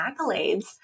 accolades